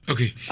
Okay